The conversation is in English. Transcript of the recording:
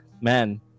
man